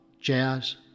jazz